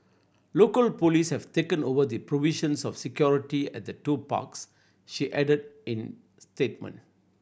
local police have taken over the provisions of security at the two parks she added in statement